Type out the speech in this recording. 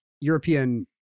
European